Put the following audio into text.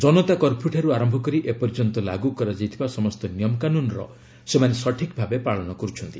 ଜନତା କର୍ଫ୍ୟଠାରୁ ଆରମ୍ଭ କରି ଏ ପର୍ଯ୍ୟନ୍ତ ଲାଗୁ କରାଯାଇଥିବା ସମସ୍ତ ନିୟମ କାନୁନ୍ର ସେମାନେ ସଠିକ୍ ଭାବେ ପାଳନ କର୍ଚ୍ଛନ୍ତି